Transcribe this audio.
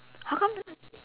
how come